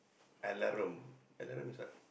alarom alarom is what